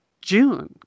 June